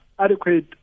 Adequate